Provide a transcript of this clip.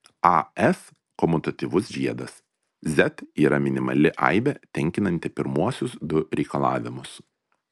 as komutatyvus žiedas z yra minimali aibė tenkinanti pirmuosius du reikalavimus